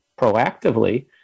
proactively